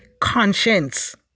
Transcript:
conscience